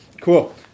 cool